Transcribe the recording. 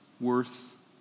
worth